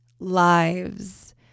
lives